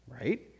right